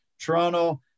Toronto